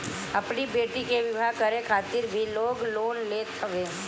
अपनी बेटी के बियाह करे खातिर भी लोग लोन लेत हवे